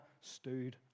stood